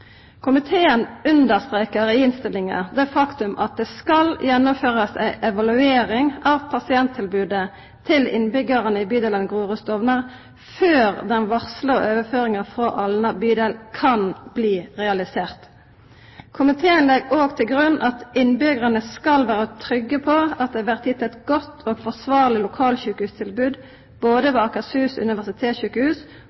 i bruk. Komiteen understrekar i innstillinga at det skal gjennomførast ei evaluering av pasienttilbodet til innbyggjarane i bydelane Grorud og Stovner, før den varsla overføringa frå Alna bydel kan bli realisert. Komiteen legg òg til grunn at innbyggjarane skal vera trygge på at det blir gitt eit godt og forsvarleg lokalsjukehustilbod både